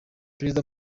perezida